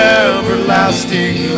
everlasting